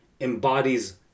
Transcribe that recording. embodies